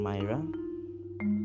Myra